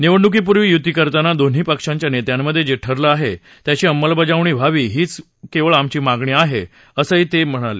निवडणुकीपूर्वी युती करताना दोन्ही पक्षाच्या नेत्यांमधे जे ठरलं आहेसा त्याची अंमलबजावणी व्हावी हीच केवळ आमची मागणी आहे असं ते म्हणाले